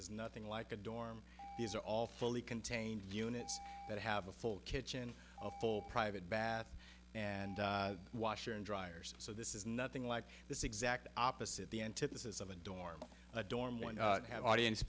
is nothing like a dorm these are all fully contained units that have a full kitchen a private bath and washer and dryer so this is nothing like this exact opposite the antithesis of a dorm dorm when you have audience